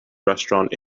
restaurant